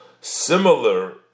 similar